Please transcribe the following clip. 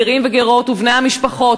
גרים וגרות ובני המשפחות,